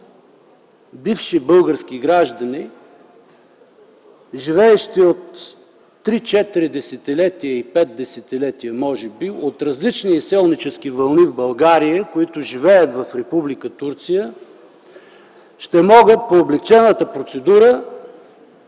бивши български граждани, живеещи от 3-4-5 десетилетия, може би от различни изселнически вълни в България, в Република Турция, ще могат по облекчената процедура,